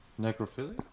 necrophilia